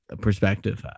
perspective